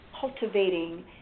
cultivating